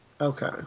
Okay